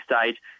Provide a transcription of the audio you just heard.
stage